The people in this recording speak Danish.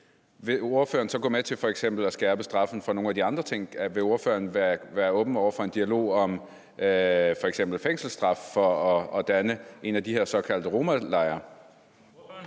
vil ordføreren så gå med til f.eks. at skærpe straffen for nogle af de andre ting? Vil ordføreren være åben over for en dialog om f.eks. fængselsstraf for at danne en af de her såkaldte romalejre?